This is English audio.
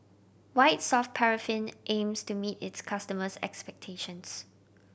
White Soft Paraffin aims to meet its customers' expectations